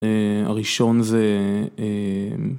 הראשון זה.